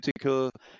political